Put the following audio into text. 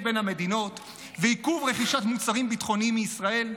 בין המדינות ועיכוב רכישת מוצרים ביטחוניים מישראל,